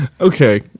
Okay